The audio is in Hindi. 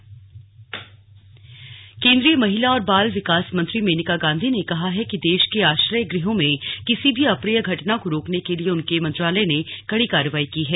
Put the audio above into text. स्लग मेनका गांधी केन्द्रीय महिला और बाल विकास मंत्री मेनका गांधी ने कहा है कि देश के आश्रय गृहों में किसी भी अप्रिय घटना को रोकने के लिए उनके मंत्रालय ने कड़ी कार्रवाई की है